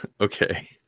Okay